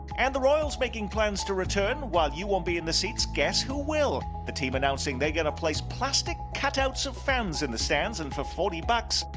and the royals making plans to return, while you won't be in the seats, guess who will? the team announcing they are going to place plastic cutouts of fans in the stands and for forty bucks,